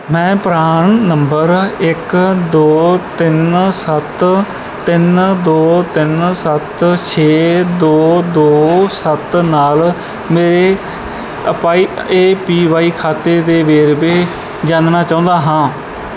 ਮੈਂ PRAN number ਇੱਕ ਦੋ ਤਿੰਨ ਸੱਤ ਤਿੰਨ ਦੋ ਤਿੰਨ ਸੱਤ ਛੇ ਦੋ ਦੋ ਸੱਤ ਨਾਲ ਮੇਰੇ ਅਪਾਈ ਏ ਪੀ ਵਾਈ ਖਾਤੇ ਦੇ ਵੇਰਵੇ ਜਾਣਨਾ ਚਾਹੁੰਦਾ ਹਾਂ